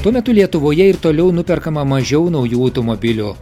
tuo metu lietuvoje ir toliau nuperkama mažiau naujų automobilių